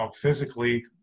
physically